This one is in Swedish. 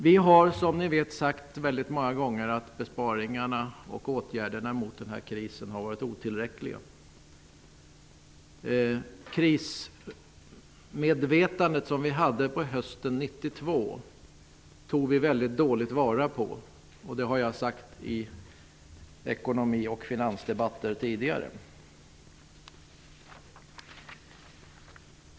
Vi har som bekant många gånger sagt att besparingarna och åtgärderna mot krisen har varit otillräckliga. Det krismedvetande som fanns hösten 1992 tog man mycket dåligt vara på. Det har jag sagt tidigare i ekonomi och finansdebatter.